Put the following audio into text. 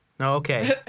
Okay